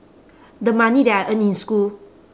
the money that I earned in school